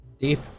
Deep